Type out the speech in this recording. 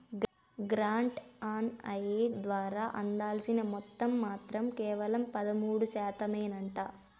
grant on aid ద్వారా అందాల్సిన మొత్తం మాత్రం కేవలం పదమూడు శాతమేనంట